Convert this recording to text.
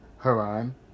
Haran